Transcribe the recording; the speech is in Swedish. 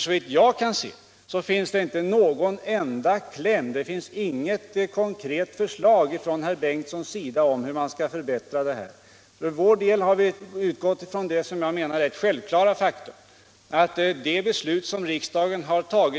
Såvitt jag kan finna har herr Bengtsson inte framlagt något enda konkret förslag om hur man skall åstadkomma förbättringar på dessa områden. För vår del har vi utgått ifrån som ett självklart faktum att de beslut som riksdagen